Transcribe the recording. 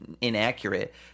inaccurate